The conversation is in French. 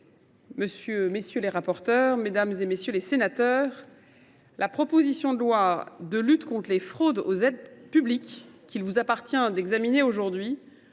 économiques, messieurs les rapporteurs, mesdames, messieurs les sénateurs, la proposition de loi contre toutes les fraudes aux aides publiques, qu’il vous appartient d’examiner aujourd’hui,